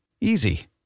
easy